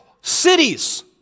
cities